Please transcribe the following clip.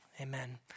Amen